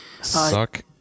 Suck